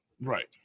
right